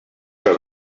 per